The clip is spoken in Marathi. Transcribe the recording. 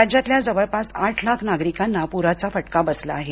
राज्यातल्या जवळपास आठ लाख नागरिकांना पुराचा फटका बसला आहे